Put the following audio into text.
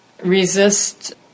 resist